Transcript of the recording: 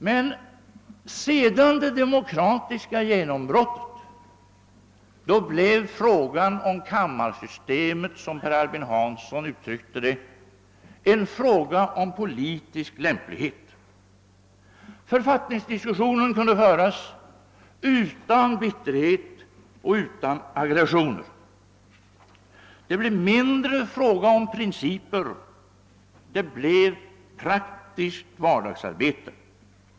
Men efter det demokratiska genombrottet blev frågan om kammarsystemet, som Per Albin Hansson uttryckte det, en fråga om politisk lämplighet. Författningsdiskussionen kunde föras utan bitterhet och utan aggression. Det blev mindre fråga om principer, det blev praktiskt vardagsarbete.